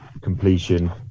completion